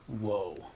Whoa